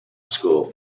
school